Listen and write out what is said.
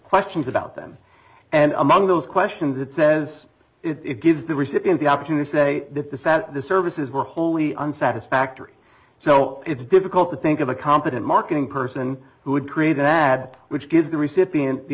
questions about them and among those questions it says it gives the recipient the opportunity say that the sat the services were wholly on satisfactory so it's difficult to think of a competent marketing person who would create an ad which gives the recipient the